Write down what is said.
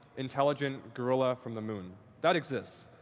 intelligent gorilla from the moon. that exists.